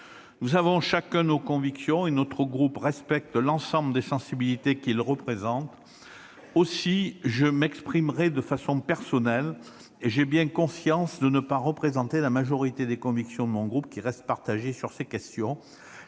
Nous avons chacun nos convictions, et mon groupe respecte l'ensemble des sensibilités qu'il représente. Aussi, je m'exprimerai de façon personnelle et j'ai bien conscience de ne pas représenter la majorité des convictions de mon groupe, ce dernier restant très partagé sur ces questions.